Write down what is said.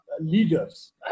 leaders